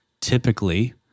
typically